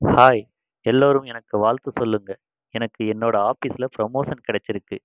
hi எல்லோரும் எனக்கு வாழ்த்து சொல்லுங்கள் எனக்கு என்னோடய ஆஃபீஸில் ப்ரமோஷன் கெடைச்சிருக்கு